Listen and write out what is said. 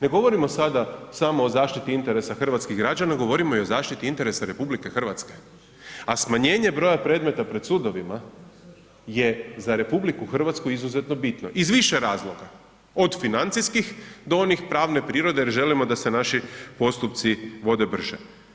Ne govorimo sada samo o zaštiti interesa hrvatskih građana, govorimo i o zaštiti interesa RH a smanjenje broja predmeta pred sudovima je za RH izuzetno bitno iz više razloga, od financijskih do onih pravne prirode jer želimo da se naši postupci vode brže.